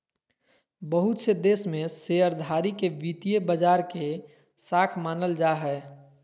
बहुत से देश में शेयरधारी के वित्तीय बाजार के शाख मानल जा हय